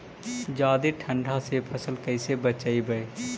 जादे ठंडा से फसल कैसे बचइबै?